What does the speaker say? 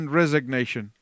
resignation